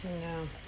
no